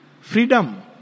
freedom